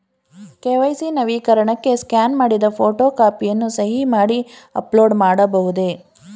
KYC ನವೀಕರಣಕ್ಕೆ scan ಮಾಡಿದ photo ಕಾಪಿಯನ್ನು ಸಹಿ ಮಾಡಿ ಅಪ್ಲೋಡ್ ಮಾಡಬಹುದೇ?